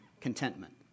contentment